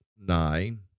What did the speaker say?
nine